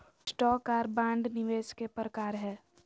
stock आर bond निवेश के प्रकार हय